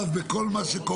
אתה מעורב בכל מה שקורה.